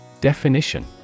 Definition